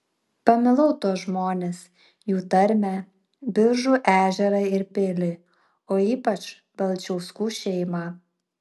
pamilau tuos žmones jų tarmę biržų ežerą ir pilį o ypač balčiauskų šeimą